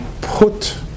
put